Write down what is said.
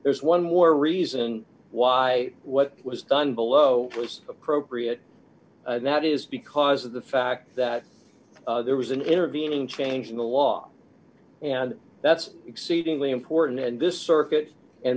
e's one more reason why what was done below was appropriate and that is because of the fact that there was an intervening change in the law and that's exceedingly important and this circuit and